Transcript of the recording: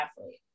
athlete